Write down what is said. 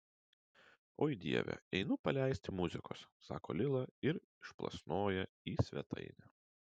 oi dieve einu paleisti muzikos sako lila ir išplasnoja į svetainę